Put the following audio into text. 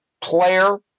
player